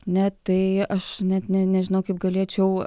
ne tai aš net ne nežinau kaip galėčiau